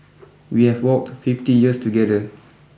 we have walked fifty years together